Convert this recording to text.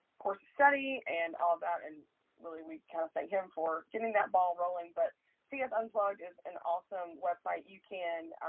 course of study and all that and really we kind of thank him for getting that ball rolling. but cs unplugged is an awesome website. you can